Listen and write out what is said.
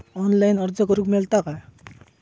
Online अर्ज करूक मेलता काय?